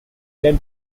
led